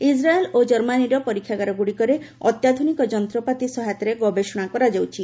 Israel ଓ ଜର୍ମାନୀର ପରୀକ୍ଷାଗାରଗୁଡ଼ିକରେ ଅତ୍ୟାଧୁନିକ ଯନ୍ତ୍ରପାତି ସହାୟତାରେ ଗବେଷଣା କରାଯାଉଛି